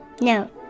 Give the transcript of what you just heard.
No